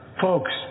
Folks